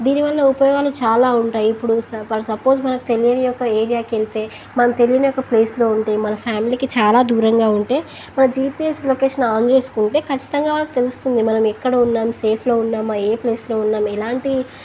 దీనివల్ల ఉపయోగాలు చాలా ఉంటాయి ఇప్పుడు ఫర్ సపోజ్ మనకి తెలియని యొక్క ఏరియాకి వెళ్తే మనం తెలియని ఒక ప్లేస్లో ఉంటే మన ఫ్యామిలీకి చాలా దూరంగా ఉంటే మన జీపిఎస్ లొకేషన్ ఆన్ చేసుకుంటే ఖచ్చితంగా వాళ్ళకి తెలుస్తుంది మనం ఎక్కడ ఉన్నాము సేఫ్గా ఉన్నామా ఏ ప్లేస్లో ఉన్నాము ఎలాంటి